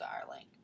Darling